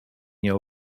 mnie